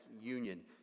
union